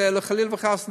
חלילה וחס,